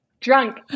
Drunk